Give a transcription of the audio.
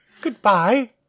Goodbye